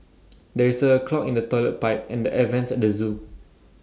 there is A clog in the Toilet Pipe and the air Vents at the Zoo